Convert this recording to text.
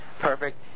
perfect